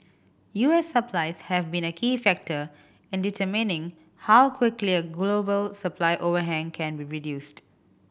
U S supplies have been a key factor in determining how quickly a global supply overhang can be reduced